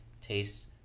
Taste